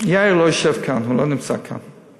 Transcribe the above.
יאיר לא יושב כאן, הוא לא נמצא כאן.